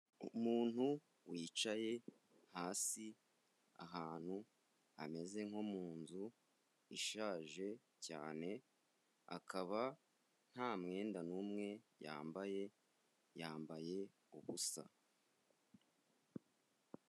Umuntu wicaye hasi ahantu hameze nko mu nzu ishaje cyane, akaba nta mwenda n'umwe yambaye, yambaye ubusa.